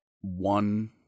one